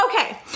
Okay